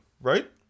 right